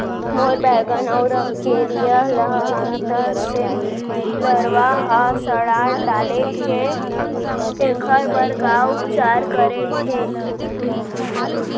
मोर बैगन अऊ रमकेरिया ल अंदर से लरवा ह सड़ा डाले हे, एखर बर का उपचार हे?